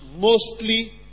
mostly